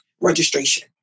registration